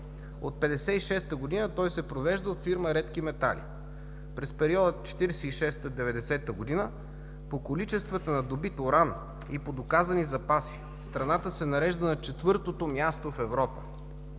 От 1956 г. той се провежда от фирма „Редки метали“. През периода 1946 – 1990 г. по количествата на добит уран и по доказани запаси страната се нарежда на четвърто място в Европа.